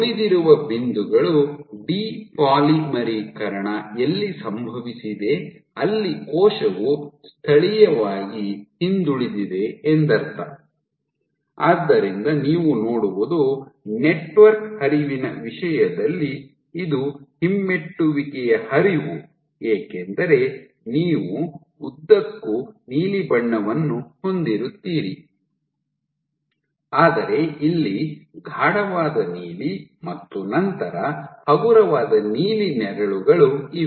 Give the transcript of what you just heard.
ಉಳಿದಿರುವ ಬಿಂದುಗಳು ಡಿ ಪಾಲಿಮರೀಕರಣ ಎಲ್ಲಿ ಸಂಭವಿಸಿದೆ ಅಲ್ಲಿ ಕೋಶವು ಸ್ಥಳೀಯವಾಗಿ ಹಿಂದುಳಿದಿದೆ ಎಂದರ್ಥ ಆದ್ದರಿಂದ ನೀವು ನೋಡುವುದು ನೆಟ್ವರ್ಕ್ ಹರಿವಿನ ವಿಷಯದಲ್ಲಿ ಇದು ಹಿಮ್ಮೆಟ್ಟುವಿಕೆಯ ಹರಿವು ಏಕೆಂದರೆ ನೀವು ಉದ್ದಕ್ಕೂ ನೀಲಿ ಬಣ್ಣವನ್ನು ಹೊಂದಿರುತ್ತೀರಿ ಆದರೆ ಇಲ್ಲಿ ಗಾಢವಾದ ನೀಲಿ ಮತ್ತು ನಂತರ ಹಗುರವಾದ ನೀಲಿ ನೆರಳುಗಳು ಇವೆ